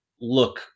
look